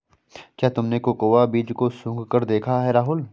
क्या तुमने कोकोआ बीज को सुंघकर देखा है राहुल?